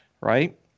Right